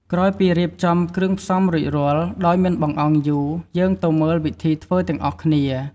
ក្រោយពីរៀបចំគ្រឿងផ្សំរួចរាល់ ដោយមិនបង្អង់យូរ យើងទៅមើលវិធីធ្វើទាំងអស់គ្នា។